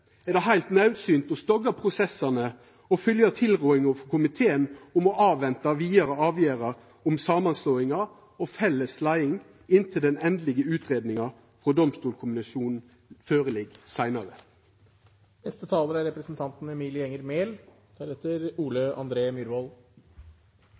er det heilt naudsynt å stogga prosessane og følgja tilrådinga frå komiteen om å venta på vidare avgjerder om samanslåing og felles leiing inntil endeleg utgreiing frå Domstolkommisjonen ligg føre seinare. Jeg synes det er